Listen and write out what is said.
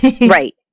Right